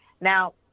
Now –